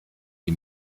die